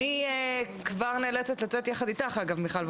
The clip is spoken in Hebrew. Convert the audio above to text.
אני כבר נאלצת לצאת יחד איתך, מיכל וולדיגר.